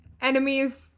enemies